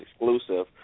exclusive